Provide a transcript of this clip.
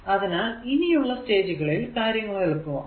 അതിനാൽ ഇനിയുള്ള സ്റ്റേജുകളിൽ കാര്യങ്ങൾ എളുപ്പമാകും